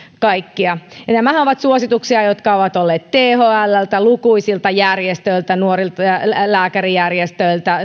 kaikkia nämähän ovat suosituksia jotka ovat olleet thlltä lukuisilta järjestöiltä lääkärijärjestöiltä